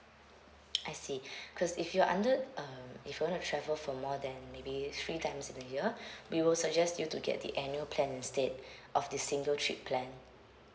I see cause if you under uh if you wanna travel for more than maybe three times in a year we will suggest you to get the annual plan instead of this single trip plan